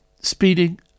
speeding